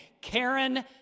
Karen